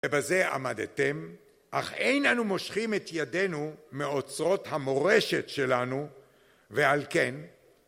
ובזה עמדתם, אך אין אנו מושכים את ידינו מאוצרות המורשת שלנו, ועל כן